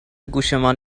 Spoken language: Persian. گوشمان